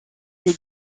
les